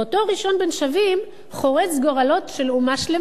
ואותו ראשון בין שווים חורץ גורלות של אומה שלמה.